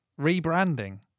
Rebranding